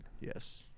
Yes